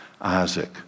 Isaac